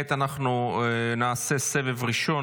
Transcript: כעת אנחנו נעשה סבב ראשון